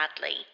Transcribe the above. sadly